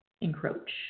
encroach